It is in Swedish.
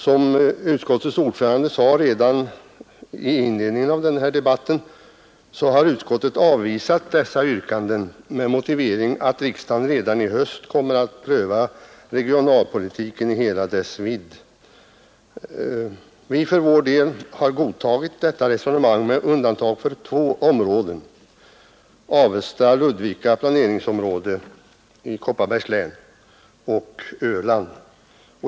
Som utskottets ordförande sade redan i inledningen av debatten har utskottet avvisat dessa yrkanden med motiveringen att riksdagen redan i höst kommer att pröva regionalpolitiken i hela dess vidd. Vi för vår del har godtagit detta resonemang med undantag för två områden: Avesta Ludvika planeringsområde i Kopparbergs län och Öland.